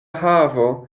havo